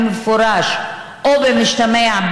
במפורש או במשתמע,